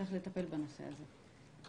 צריך לטפל בנושא הזה.